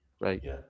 right